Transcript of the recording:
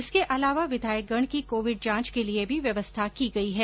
इसके अलावा विधायकगण की कोविड जांच के लिए भी व्यवस्था की गई है